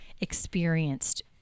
experienced